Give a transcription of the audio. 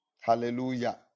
Hallelujah